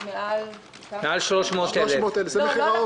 מעל 300,000 שקל.